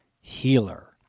healer